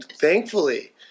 thankfully